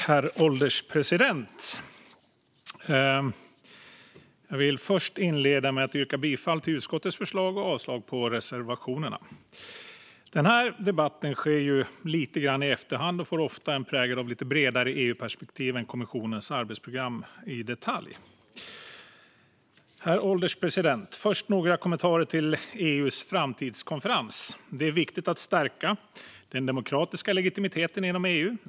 Herr ålderspresident! Jag vill inleda med att yrka bifall till utskottets förslag och avslag på reservationerna. Den här debatten sker ju lite grann i efterhand och får ofta en prägel av lite bredare EU-perspektiv än kommissionens arbetsprogram i detalj. Herr ålderspresident! Först några kommentarer till EU:s framtidskonferens. Det är viktigt att stärka den demokratiska legitimiteten inom EU.